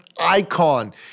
icon